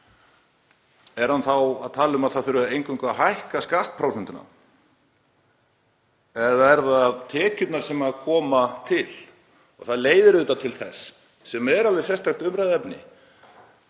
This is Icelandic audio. Er hann þá að tala um að það þurfi eingöngu að hækka skattprósentuna eða eru það tekjurnar sem koma til? Það leiðir auðvitað til þess, sem er alveg sérstakt umræðuefni,